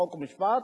חוק ומשפט